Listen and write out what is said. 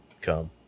come